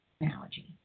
analogy